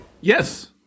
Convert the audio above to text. Yes